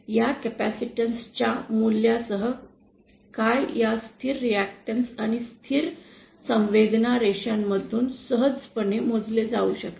या कॅपेसिटीन्स च्या मूल्यांसह काय या स्थिर रिएक्टन्स आणि स्थिर संवेदना रेषेमधून सहजपणे मोजले जाऊ शकते